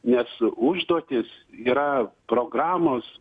nes užduotys yra programos